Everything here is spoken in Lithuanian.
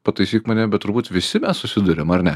pataisyk mane bet turbūt visi mes susiduriam ar ne